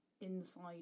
inside